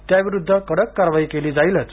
त्या विरुद्ध कडक कारवाई केली जाईलच